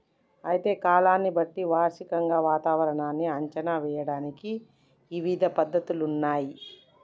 అయితే కాలాన్ని బట్టి వార్షికంగా వాతావరణాన్ని అంచనా ఏయడానికి ఇవిధ పద్ధతులున్నయ్యి